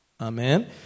Amen